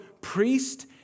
priest